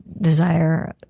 desire